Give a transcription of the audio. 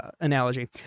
analogy